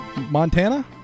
Montana